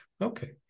Okay